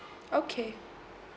okay